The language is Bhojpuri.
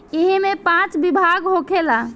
ऐइमे पाँच विभाग होखेला